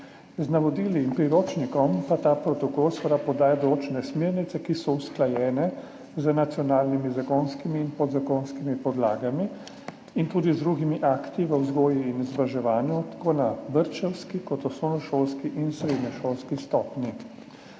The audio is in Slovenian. Z navodili in priročnikom pa ta protokol podaja določene smernice, ki so usklajene z nacionalnimi zakonskimi in podzakonskimi podlagami in tudi z drugimi akti v vzgoji in izobraževanju, tako na vrtčevski kot osnovnošolski in srednješolski stopnji.